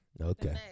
Okay